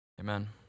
Amen